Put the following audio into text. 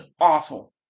awful